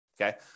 okay